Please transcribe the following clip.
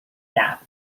gap